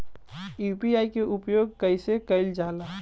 UPI के उपयोग कइसे कइल जाला?